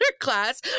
class